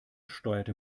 steuerte